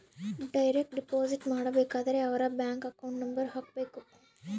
direct deposit ಮಾಡಬೇಕಾದರೆ ಅವರ್ bank account number ಹಾಕ್ಬೆಕು